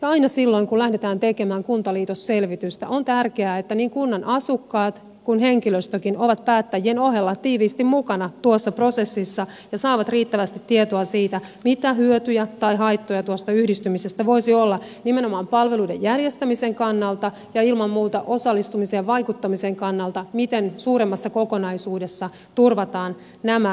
aina silloin kun lähdetään tekemään kuntaliitosselvitystä on tärkeää että niin kunnan asukkaat kuin henkilöstökin ovat päättäjien ohella tiiviisti mukana tuossa prosessissa ja saavat riittävästi tietoa siitä mitä hyötyjä tai haittoja tuosta yhdistymisestä voisi olla nimenomaan palveluiden järjestämisen kannalta ja ilman muuta osallistumisen ja vaikuttamisen kannalta miten suuremmassa kokonaisuudessa turvataan nämä mahdollisuudet